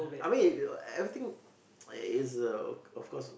I mean you everything is of course